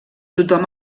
tothom